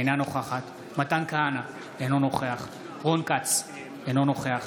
אינה נוכחת מתן כהנא, אינו נוכח רון כץ, אינו נוכח